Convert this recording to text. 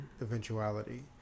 eventuality